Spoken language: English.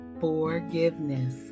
forgiveness